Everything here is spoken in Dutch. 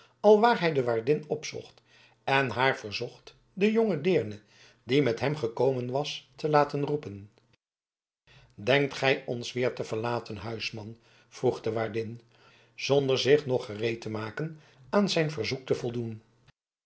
alwaar hij de waardin opzocht en haar verzocht de jonge deerne die met hem gekomen was te laten roepen denkt gij ons weer te verlaten huisman vroeg de waardin zonder zich nog gereed te maken aan zijn verzoek te voldoen